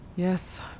Yes